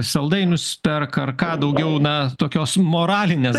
saldainius perka ar ką daugiau na tokios moralinės